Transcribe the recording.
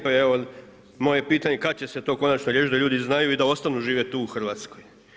Pa evo moje je pitanje kada će se to konačno riješiti da ljudi znaju i da ostanu živjeti tu u Hrvatskoj?